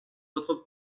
votre